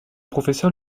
professeur